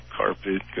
carpet